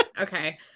okay